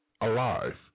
alive